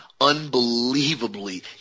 unbelievably